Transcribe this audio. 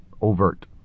overt